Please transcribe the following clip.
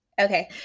okay